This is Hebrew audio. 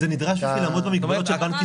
זה נדרש בשביל לעמוד במגבלות של בנק ישראל.